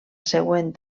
següent